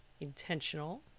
intentional